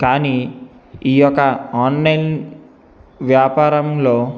కానీ ఈ యొక్క ఆన్లైన్ వ్యాపారంలో